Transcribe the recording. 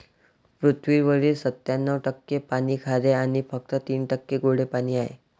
पृथ्वीवरील सत्त्याण्णव टक्के पाणी खारे आणि फक्त तीन टक्के गोडे पाणी आहे